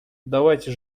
давайте